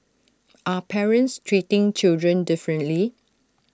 are parents treating children differently